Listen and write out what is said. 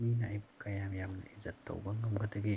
ꯃꯤꯅ ꯑꯩꯕꯨ ꯀꯌꯥꯝ ꯌꯥꯝꯅ ꯏꯖꯠ ꯇꯧꯕ ꯉꯝꯒꯗꯒꯦ